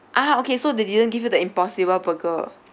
ah okay so they didn't give you the impossible burger